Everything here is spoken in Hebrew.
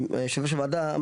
יושב-ראש הוועדה,